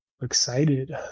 excited